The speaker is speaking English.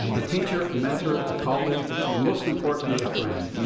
a teacher, a mentor, a colleague, and most importantly a friend,